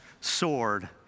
sword